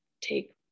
take